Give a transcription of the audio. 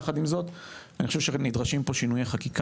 יחד עם זאת אני חושב שנדרשים פה שינויי חקיקה